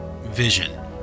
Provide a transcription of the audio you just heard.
vision